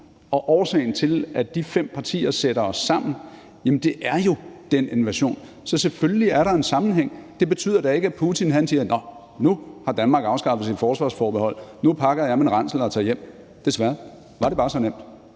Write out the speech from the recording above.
Årsagen til, at vi fem partier sætter os sammen, er jo den invasion. Så selvfølgelig er der en sammenhæng. Men det betyder da ikke, at Putin siger: Nå, nu har Danmark afskaffet sit forsvarsforbehold; nu pakker jeg min ransel og tager hjem. Desværre – var det bare så nemt.